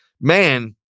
man